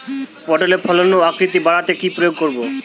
পটলের ফলন ও আকৃতি বাড়াতে কি প্রয়োগ করব?